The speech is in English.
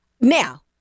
now